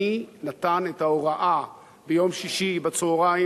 מי נתן את ההוראה ביום שישי בצהריים